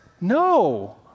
No